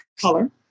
color